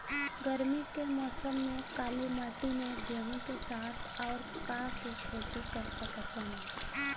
गरमी के मौसम में काली माटी में गेहूँ के साथ और का के खेती कर सकत बानी?